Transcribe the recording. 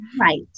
right